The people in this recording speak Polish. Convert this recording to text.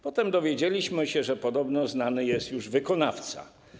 Potem dowiedzieliśmy się, że podobno znany jest już wykonawca.